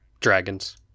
Dragons